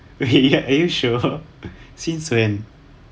are you sure since when